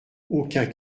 aucun